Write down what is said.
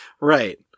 Right